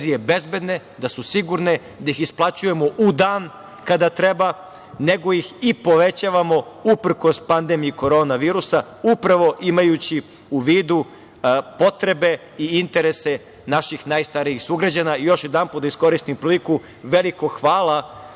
bezbedne, da su sigurne, da ih isplaćujemo u dan kada treba, nego ih i povećavamo uprkos pandemiji korona virusa upravo imajući u vidu potrebe i interese naših najstarijih sugrađana. Još jedanput da iskoristim priliku, veliko hvala